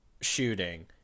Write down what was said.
shooting